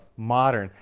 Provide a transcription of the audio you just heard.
modern.